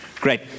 Great